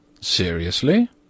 Seriously